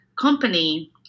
company